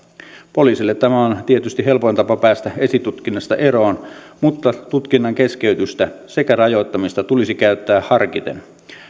poliisille tämä on tietysti helpoin tapa päästä esitutkinnasta eroon mutta tutkinnan keskeytystä sekä rajoittamista tulisi käyttää harkiten